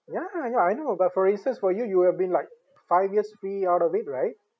ya ya I know but for instance for you you have been like five years free out of it right